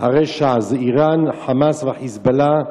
הרשע זה אירן, "חמאס" וה"חיזבאללה",